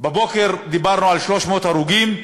בבוקר דיברנו על 300 הרוגים,